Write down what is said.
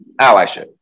Allyship